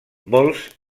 molts